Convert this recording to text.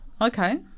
Okay